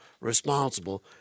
responsible